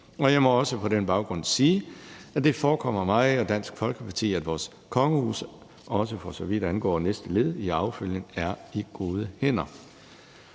og jeg må også på den baggrund sige, at det forekommer mig og Dansk Folkeparti, at vores kongehus, også for så vidt angår næste led i arvefølgen, er i gode hænder.